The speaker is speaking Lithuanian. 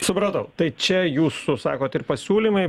supratau tai čia jūsų sakot ir pasiūlymai